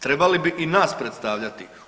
Trebali bi i nas predstavljati.